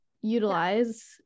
utilize